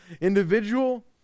individual